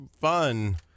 fun